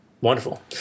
Wonderful